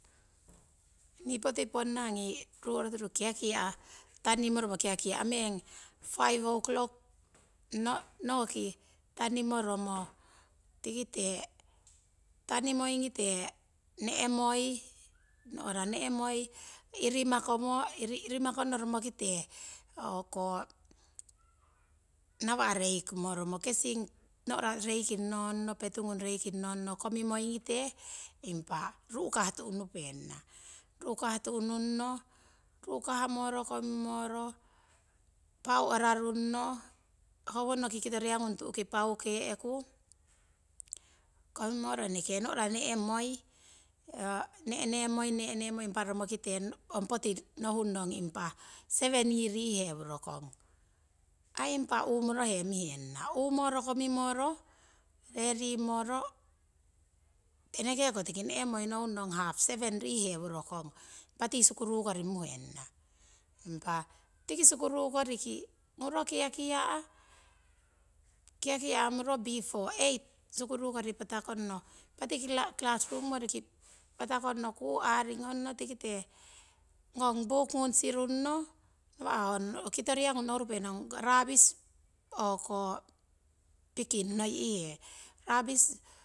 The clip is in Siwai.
Nii poti ponnangii ruúritiru tanimoromo kiakia meng five oçlock tanimoromo tikite, tanimoinokite nora nehmoi irimakomo inmakongno romokite o'hko nawh raikmoromo petugung raiking nongno komimoikite impah ru'ka tu'nupenana impah ru'ka tu'nungno ruhkamoro komimoro pau ararung no. Howonoki kitoriyagung tu'ki paukeiyo komikeku komikeku eneke nora neh moi romokite nohungno ong poti impah seven vii nheworokong. Aii impah umorohe mihenana, u moro komimoro redi moro enekeko tiki nenmoi hohungno ong half seven nheworokong impatii sukurukori muhe'nang. Impah tiki sukurukonki muro kiakai bifo eight sukurukori patakongno impah tiki classroom goviki patagongno kuarigongno tikite ngung bookgung siningno. Nawah nokitori yagung nohy rupenong rabis picking noyhe.